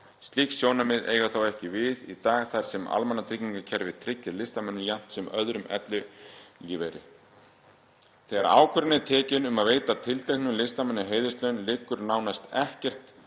Slík sjónarmið eiga þó ekki við í dag þar sem almannatryggingakerfið tryggir listamönnum jafnt sem öðrum ellilífeyri. Þegar ákvörðun er tekin um að veita tilteknum listamanni heiðurslaun liggur nánast ekkert